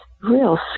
real